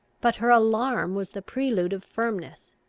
but her alarm was the prelude of firmness,